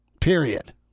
period